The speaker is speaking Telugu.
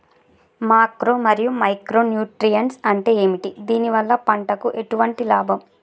మాక్రో మరియు మైక్రో న్యూట్రియన్స్ అంటే ఏమిటి? దీనివల్ల పంటకు ఎటువంటి లాభం?